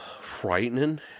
frightening